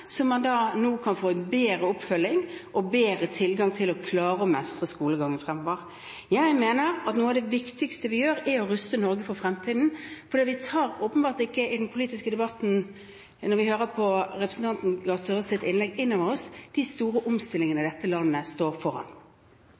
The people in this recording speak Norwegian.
da kunne få bedre oppfølging og bedre tilgang til å klare å mestre skolegangen fremover. Jeg mener at noe av det viktigste vi gjør, er å ruste Norge for fremtiden. For vi tar åpenbart ikke – når vi hører representanten Gahr Støres innlegg – i den politiske debatten inn over oss de store omstillingene dette landet står foran.